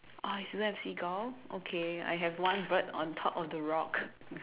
oh you don't have seagull okay I have one bird on top of the rock